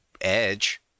edge